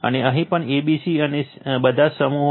અને અહીં પણ a b અને c બધા જ સમૂહ છે